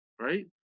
right